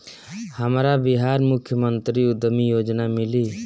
हमरा बिहार मुख्यमंत्री उद्यमी योजना मिली?